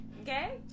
Okay